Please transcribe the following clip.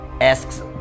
asks